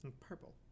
Purple